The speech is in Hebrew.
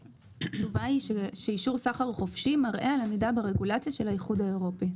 התשובה היא שאישור סחר חופשי מראה על עמידה ברגולציה של האיחוד האירופי.